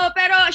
pero